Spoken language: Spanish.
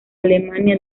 alemania